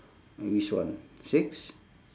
which one six